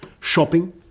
shopping